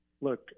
Look